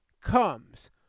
comes